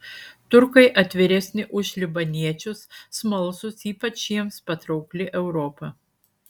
turkai atviresni už libaniečius smalsūs ypač jiems patraukli europa